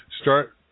start